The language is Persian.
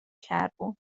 کربن